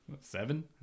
Seven